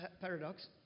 paradox